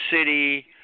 city